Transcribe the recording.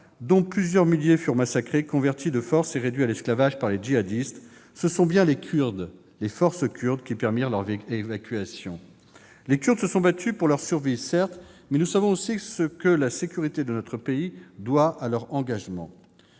-plusieurs milliers d'entre eux furent massacrés ou convertis de force et réduits à l'esclavage par les djihadistes -, ce sont les forces kurdes qui ont permis leur évacuation. Les Kurdes se sont battus pour leur survie, certes, mais nous savons aussi ce que la sécurité de notre pays doit à leur engagement.